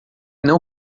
não